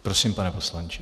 Prosím, pane poslanče.